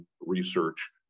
research